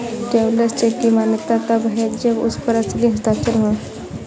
travellers cheque की मान्यता तब है जब उस पर असली हस्ताक्षर हो